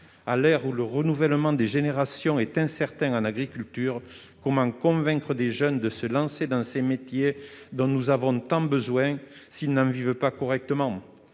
À l'heure où le renouvellement des générations est incertain en agriculture, comment convaincre des jeunes de se lancer dans ces métiers, dont nous avons tant besoin, s'ils n'en vivent pas correctement ?